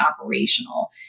operational